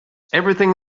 everything